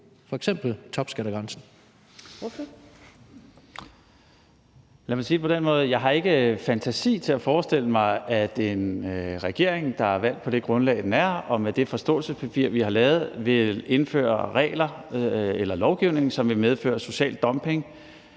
den måde, at jeg ikke har fantasi til at forestille mig, at en regering, der er valgt på det grundlag, den er, og med det forståelsespapir, vi har lavet, vil indføre lovgivning, som vil medføre social dumping,